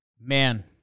Man